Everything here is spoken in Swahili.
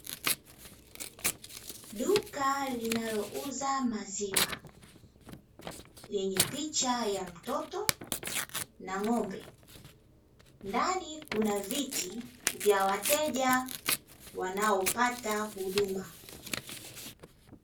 Duka linalouza maziwa, lenye picha ya mtoto na ng'ombe ndani kuna viti vya wateja wanaopata huduma.